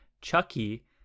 Chucky